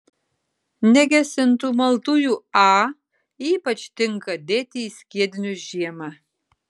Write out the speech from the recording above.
negesintų maltųjų a ypač tinka dėti į skiedinius žiemą